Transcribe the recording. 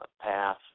path